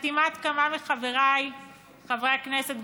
בחתימת כמה מחבריי חברי הכנסת,